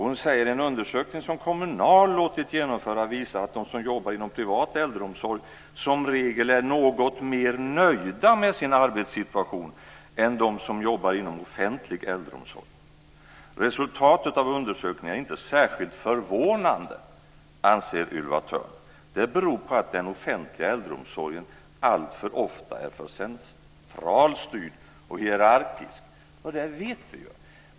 Hon säger att en undersökning som Kommunal låtit genomföra visar att de som jobbar inom privat äldreomsorg som regel är något mer nöjda med sin arbetssituation än de som jobbar inom offentlig äldreomsorg. Resultatet av undersökningen är inte särskilt förvånande, anser Ylva Thörn. Det beror på att den offentliga äldreomsorgen alltför ofta är för centralstyrd och hierarkisk. Det vet vi ju.